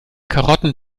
karotten